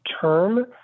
term